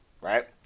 right